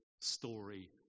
story